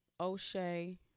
O'Shea